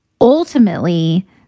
ultimately